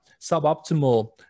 suboptimal